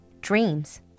Dreams